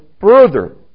further